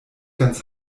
ganz